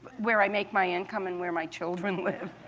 where i make my income and where my children live,